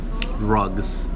drugs